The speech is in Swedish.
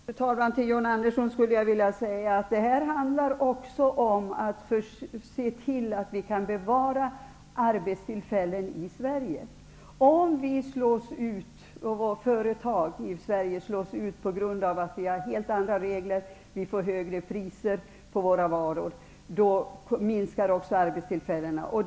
Fru talman! Till John Andersson vill jag säga att det här också handlar om att se till att vi kan bevara arbetstillfällen i Sverige. Om företag i Sverige slås ut på grund av att vi har helt andra regler och vi därmed får högre priser på varor, minskar också antalet arbetstillfällen.